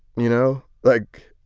you know, like,